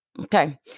Okay